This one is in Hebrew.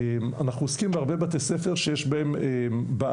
אנחנו עוסקים בהרבה בתי ספר שיש בהם בעלות.